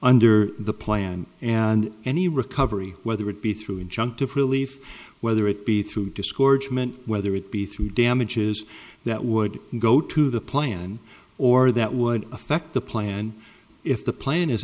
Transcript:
under the plan and any recovery whether it be through injunctive relief whether it be through discords meant whether it be through damages that would go to the plan or that would affect the plan if the plan is